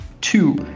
Two